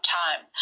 time